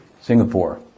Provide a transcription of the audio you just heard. Singapore